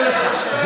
לא, לא.